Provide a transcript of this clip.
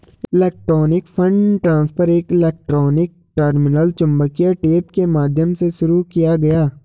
electronic fund transfer एक electronic terminal चुंबकीय tape के माध्यम से शुरू किया गया